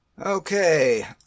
Okay